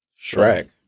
Shrek